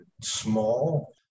small